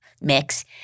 mix